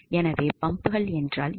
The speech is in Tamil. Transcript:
எனவே பம்புகள் என்றால் என்ன